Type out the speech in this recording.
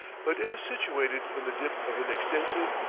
but it is situated in the dip of an extensive,